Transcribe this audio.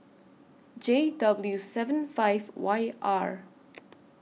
J W seven five Y R